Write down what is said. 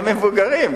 גם מבוגרים,